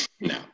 No